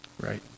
right